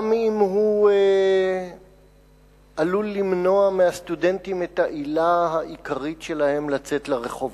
גם אם הוא עלול למנוע מהסטודנטים את העילה העיקרית שלהם לצאת לרחובות,